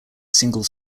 single